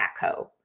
backhoe